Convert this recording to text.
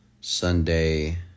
Sunday